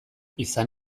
izan